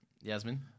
Yasmin